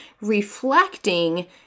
Reflecting